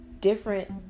different